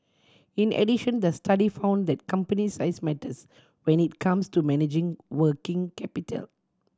in addition the study found that company size matters when it comes to managing working capital